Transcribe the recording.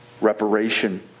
reparation